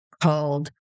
called